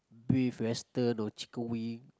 beef western or chicken wing